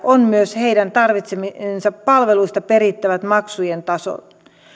on myös heidän tarvitsemistaan palveluista perittävien maksujen tasot